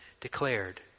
declared